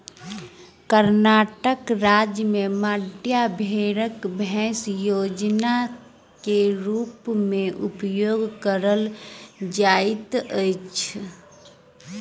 कर्णाटक राज्य में मांड्या भेड़क मौस भोजन के रूप में उपयोग कयल जाइत अछि